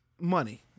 money